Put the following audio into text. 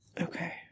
Okay